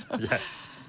yes